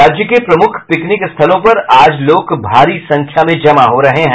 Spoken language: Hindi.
राज्य के प्रमुख पिकनीक स्थलों पर आज लोग भारी संख्या में जमा हो रहे हैं